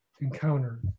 encounter